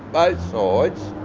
both sides,